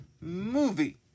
movie